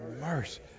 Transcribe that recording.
mercy